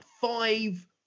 five